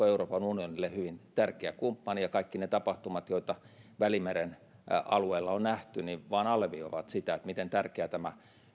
euroopan unionille hyvin tärkeä kumppani ja kaikki ne tapahtumat joita välimeren alueella on nähty vain alleviivaavat sitä miten tärkeää tämä